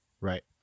Right